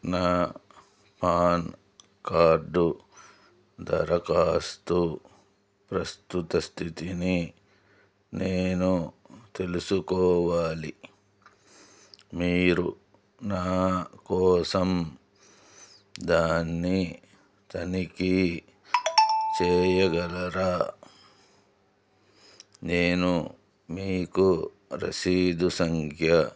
నా PAN card దరఖాస్తు ప్రస్తుత స్థితిని నేను తెలుసుకోవాలి మీరు నా కోసం దాన్ని తనిఖీ చేయగలరా నేను మీకు రసీదు సంఖ్య